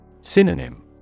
Synonym